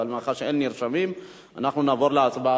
אבל מאחר שאין נרשמים אנחנו נעבור להצבעה,